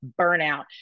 burnout